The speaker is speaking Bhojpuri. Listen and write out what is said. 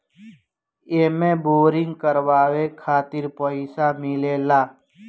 एमे बोरिंग करावे खातिर पईसा मिलेला